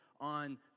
on